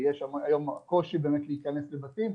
כי יש היום קושי באמת להיכנס לבתים,